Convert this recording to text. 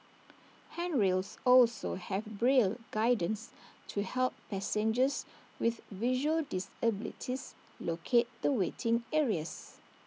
handrails also have braille guidance to help passengers with visual disabilities locate the waiting areas